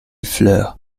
fleur